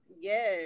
Yes